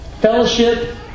fellowship